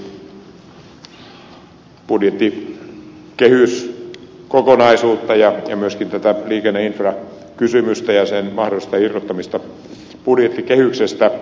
manninen pohdiskeli budjettikehyskokonaisuutta ja myöskin liikenneinfrakysymystä ja sen mahdollista irrottamista budjettikehyksestä